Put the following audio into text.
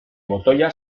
botoia